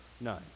None